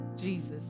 Jesus